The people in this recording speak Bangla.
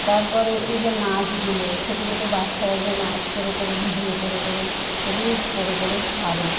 তার পরে এই যে নাচগুলো ছোটো ছোট বাচ্চারা যে নাচ করে করে ভিডিও করে করে রিলস করে করে ছাড়ে